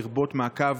לרבות מעקב